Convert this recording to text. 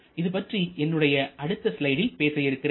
இது பற்றி என்னுடைய அடுத்த ஸ்லைடில் பேச இருக்கிறேன்